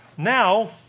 Now